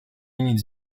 nic